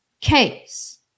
case